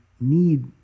need